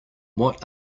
what